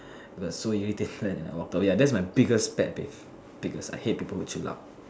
it was so irritating that I walked away that's my biggest pet peeve biggest I hate people who chew loud